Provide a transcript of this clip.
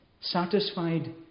satisfied